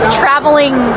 traveling